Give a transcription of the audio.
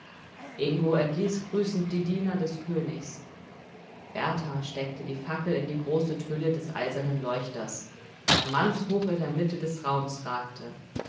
ingo entließ grüßend die diener des königs berthar steckte die fackel in die große tülle des eisernen leuchters der mannshoch in der mitte des raumes ragte